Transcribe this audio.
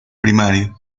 primario